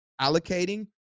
allocating